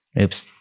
Oops